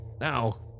Now